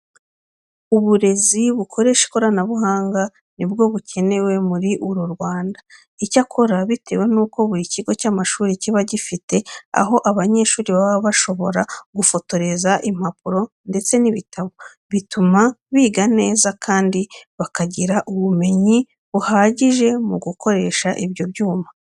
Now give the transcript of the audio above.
Uburezi bukoresha ikoranabuhanga ni bwo bukenewe muri uru Rwanda. Icyakora bitewe nuko buri kigo cy'amashuri kiba gifite aho abanyeshuri baba bashobora gufotoreza impapuro ndetse n'ibitabo, bituma biga neza kandi bakagira ubumenyi buhagije mu gukoresha ibyo byuma.